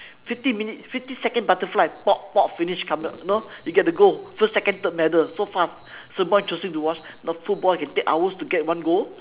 fifty minute fifty second butterfly pop pop finish come out you know you get the goal first second third medal so fast it's more interesting to watch you know football it can take hours to get one goal